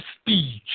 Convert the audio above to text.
speech